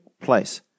place